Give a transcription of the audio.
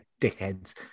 dickheads